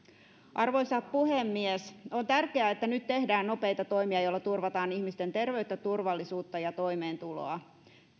arvoisa puhemies on tärkeää että nyt tehdään nopeita toimia joilla turvataan ihmisten terveyttä turvallisuutta ja toimeentuloa